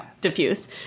diffuse